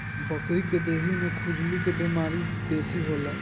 बकरी के देहि में खजुली के बेमारी बेसी होला